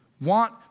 want